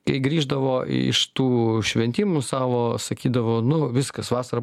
kai grįždavo iš tų šventimų savo sakydavo nu viskas vasara